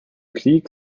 krieg